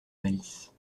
malice